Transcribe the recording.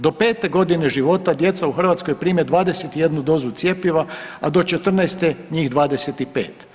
Do 5. godine života djeca u Hrvatskoj prime 21 dozu cjepiva, a do 14. njih 25.